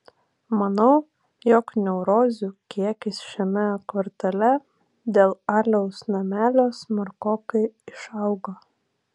manau jog neurozių kiekis šiame kvartale dėl aliaus namelio smarkokai išaugo